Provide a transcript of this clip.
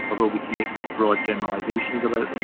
although we can make some broad generalizations about them